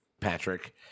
Patrick